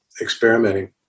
experimenting